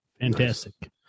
Fantastic